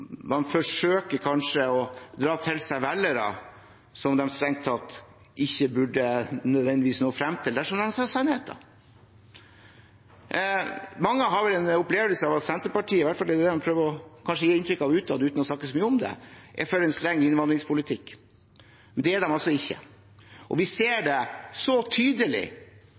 kanskje forsøker å dra til seg velgere som de strengt tatt ikke nødvendigvis ville nå fram til dersom de sa sannheten. Mange har en opplevelse av at Senterpartiet – de prøver kanskje utad å gi inntrykk av det, uten å snakke så mye om det – er for en streng innvandringspolitikk. Det er de altså ikke. Vi ser det så tydelig